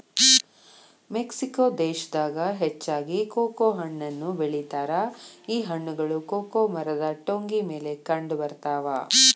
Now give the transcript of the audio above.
Mexico ದೇಶದಾಗ ಹೆಚ್ಚಾಗಿ cocoa ಹಣ್ಣನ್ನು ಬೆಳಿತಾರ ಈ ಹಣ್ಣುಗಳು ಕೊಕೊ ಮರದ ಟೊಂಗಿ ಮೇಲೆ ಕಂಡಬರ್ತಾವ